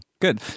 Good